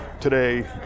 today